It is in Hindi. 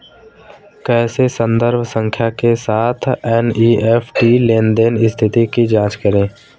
कैसे संदर्भ संख्या के साथ एन.ई.एफ.टी लेनदेन स्थिति की जांच करें?